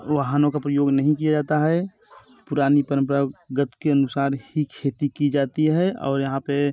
वाहनों का प्रयोग नहीं किया जाता है पुरानी परंपरा के अनुसार ही खेती की जाती है और यहाँ पर